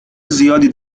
زیادی